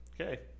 Okay